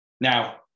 Now